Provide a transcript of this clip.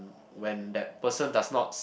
when that person does not